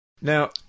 Now